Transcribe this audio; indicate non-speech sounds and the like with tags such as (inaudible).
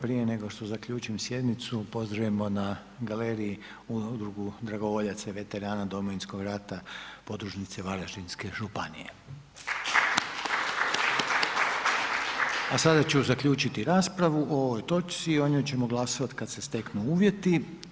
Prije nego što zaključim sjednicu, pozdravimo na galeriji Udrugu dragovoljaca i veterana Domovinskog rata, podružnice Varaždinske županije. … (applause) A sada ću zaključiti raspravu o ovoj točci, o njoj ćemo glasovat kad se steknu uvjeti.